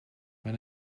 when